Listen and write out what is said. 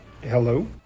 Hello